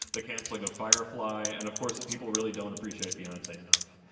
the canceling of firefly, and, of course, that people really don't appreciate beyonce enough.